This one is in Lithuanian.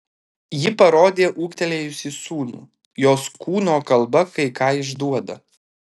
ji parodė ūgtelėjusį sūnų jos kūno kalba kai ką išduoda